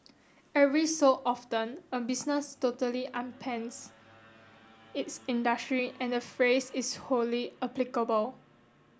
every so often a business totally upends its industry and the phrase is wholly applicable